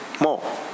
more